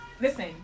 Listen